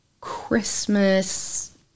Christmas